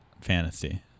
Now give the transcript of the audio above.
fantasy